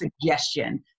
suggestion